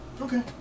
Okay